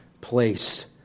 place